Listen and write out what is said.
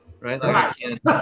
Right